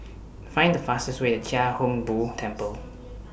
Find The fastest Way to Chia Hung Boo Temple